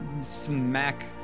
smack